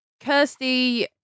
Kirsty